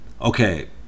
okay